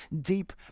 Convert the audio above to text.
deep